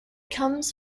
comes